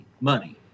Money